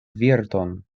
virton